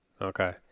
okay